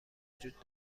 وجود